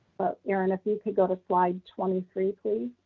but erin, if you could go to slide twenty three, please.